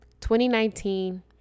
2019